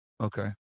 Okay